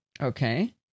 Okay